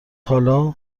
حالا